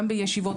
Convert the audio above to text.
גם בישיבות.